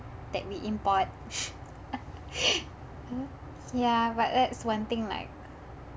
that we import ya but that's one thing like